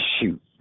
Shoot